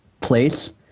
place